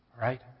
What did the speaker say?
right